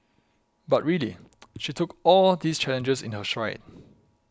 but really she took all these challenges in her stride